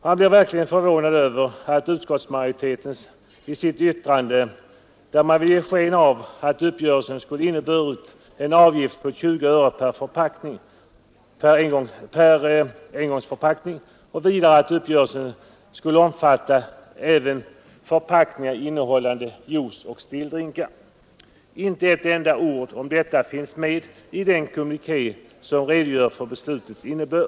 Man blir därför verkligen förvånad över utskottsmajoritetens yttrande, där man vill ge sken av att uppgörelsen skulle inneburit en avgift på 20 öre per engångsförpackning och vidare att uppgörelsen skulle ha omfattat även förpackningar innehållande juice eller stilldrinkar. Inte ett enda ord om detta finns med i den kommuniké som redogör för beslutets innebörd.